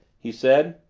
he said.